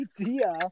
idea